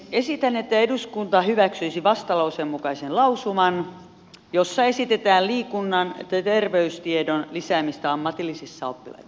esitän että eduskunta hyväksyisi vastalauseen mukaisen lausuman jossa esitetään liikunnan ja terveystiedon lisäämistä ammatillisissa oppilaitoksissa